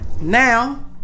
Now